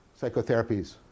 psychotherapies